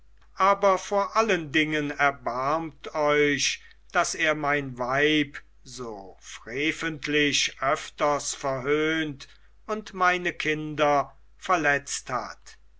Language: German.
aber vor allen dingen erbarmt euch daß er mein weib so freventlich öfters verhöhnt und meine kinder verletzt hat